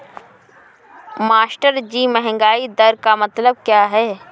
मास्टरजी महंगाई दर का मतलब क्या है?